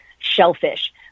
shellfish